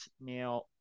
Now